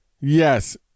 Yes